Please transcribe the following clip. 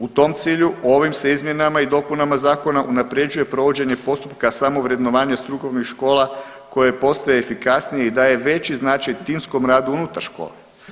U tom cilju ovim se izmjenama i dopunama zakona unapređuje provođenje postupka samovrednovanja strukovnih škola koje postaju efikasnije i daje veći značaj timskom radu unutar škola.